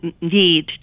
need